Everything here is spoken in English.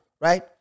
right